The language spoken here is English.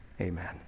Amen